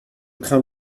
crains